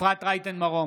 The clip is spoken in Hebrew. אפרת רייטן מרום,